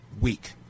week